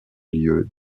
lieux